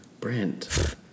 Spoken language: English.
Brent